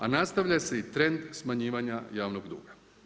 A nastavlja se i trend smanjivanja javnog duga.